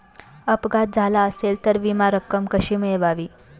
अपघात झाला असेल तर विमा रक्कम कशी मिळवावी?